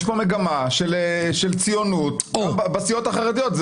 יש מגמה של ציונות גם בסיעות החרדיות,